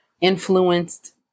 influenced